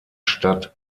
stadt